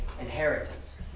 inheritance